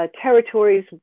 territories